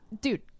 Dude